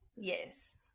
Yes